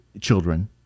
children